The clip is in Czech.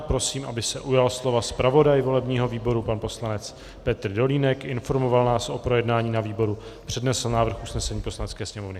Prosím, aby se ujal slova zpravodaj volebního výboru pan poslanec Petr Dolínek, informoval nás o projednání na výboru, přednesl návrh usnesení Poslanecké sněmovny.